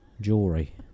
Jewelry